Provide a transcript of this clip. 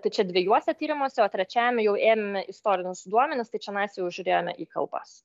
tai čia dviejuose tyrimuose o trečiajame jau ėmė istorinius duomenis tai čionais jau žiūrėjome į kalbas